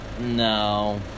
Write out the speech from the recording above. No